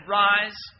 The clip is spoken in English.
rise